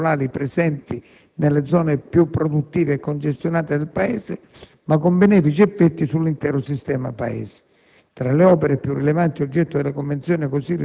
di alcune delle più grandi criticità infrastrutturali presenti nelle zone più produttive e congestionate del Paese, ma con benefici effetti sull'intero sistema Paese.